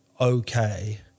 okay